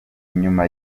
inyuma